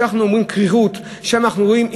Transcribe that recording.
שם אנחנו רואים קרירות,